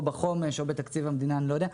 בחומש או בתקציב המדינה; אני לא יודע.